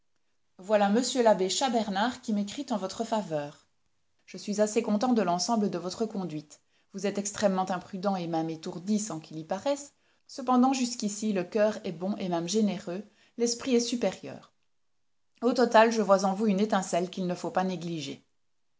voilà m l'abbé chas bernard qui m'écrit en votre faveur je suis assez content de l'ensemble de votre conduite vous êtes extrêmement imprudent et même étourdi sans qu'il y paraisse cependant jusqu'ici le coeur est bon et même généreux l'esprit est supérieur au total je vois en vous une étincelle qu'il ne faut pas négliger